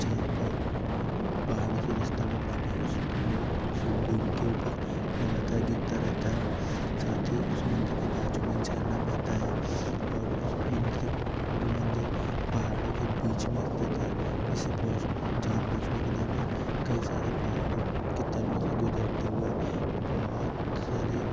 जहाँ पर पहाड़ों से रिसता हुआ पानी उस मूल शिवलिंग के ऊपर लगातार गिरता रहता है साथ ही उस मंदिर के बाजू में ही एक झरना बहता है और उस मंदिर वो मंदिर पहाड़ों के बीच में स्थित है जिसे पहुँच जहाँ पहुँचने के लिए हमें कई सारे पहाड़ों के तलों से गुजरते हुए बहुत सारी